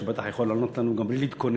והוא בטח יכול לענות לנו גם בלי להתכונן.